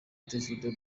davido